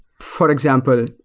for example,